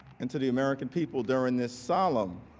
and to the american people during this solemn